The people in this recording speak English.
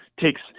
takes